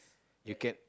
you get